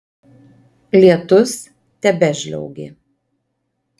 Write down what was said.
lietus tebežliaugė